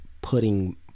putting